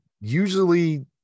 usually